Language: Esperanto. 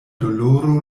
doloro